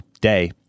day